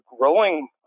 growing